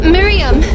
Miriam